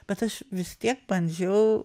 bet aš vis tiek bandžiau